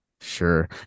Sure